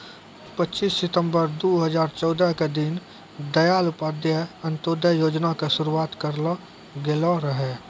पच्चीस सितंबर दू हजार चौदह के दीन दयाल उपाध्याय अंत्योदय योजना के शुरुआत करलो गेलो रहै